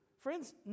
Friends